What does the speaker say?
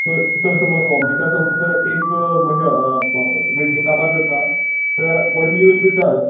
पय जर समज हो मेळटा समज एक मिटींग काबार जाता जाल्यार एकोरडींगली वील बी चार्जड